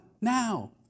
now